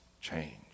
change